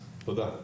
תודה.